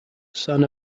son